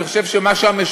אני חושב שהמשותף